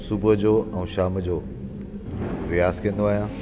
सुबुहु जो ऐं शाम जो रियाज़ कंदो आहियां